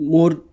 More